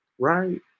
Right